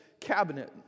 cabinet